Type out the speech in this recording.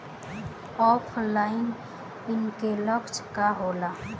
ऑफलाइनके लक्षण का होखे?